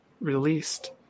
released